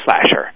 slasher